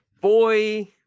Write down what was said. Boy